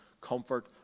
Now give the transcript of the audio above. comfort